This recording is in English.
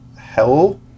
hell